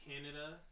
Canada